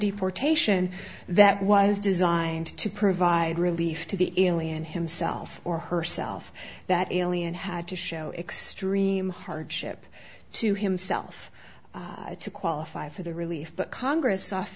deportation that was designed to provide relief to the alien himself or herself that alien had to show extreme hardship to himself to qualify for the relief but congress